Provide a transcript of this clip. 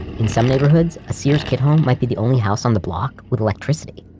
in some neighborhoods, a sears kit home might be the only house on the block with electricity.